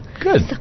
Good